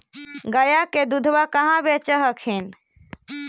गया के दूधबा कहाँ बेच हखिन?